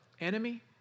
enemy